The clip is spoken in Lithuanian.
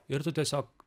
ir tu tiesiog